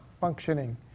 functioning